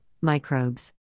microbes